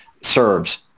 serves